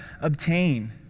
obtain